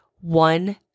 one